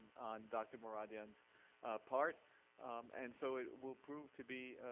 on dr. mouradian's part and so it will prove to be,